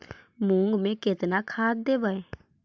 मुंग में केतना खाद देवे?